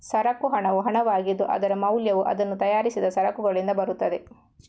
ಸರಕು ಹಣವು ಹಣವಾಗಿದ್ದು, ಅದರ ಮೌಲ್ಯವು ಅದನ್ನು ತಯಾರಿಸಿದ ಸರಕುಗಳಿಂದ ಬರುತ್ತದೆ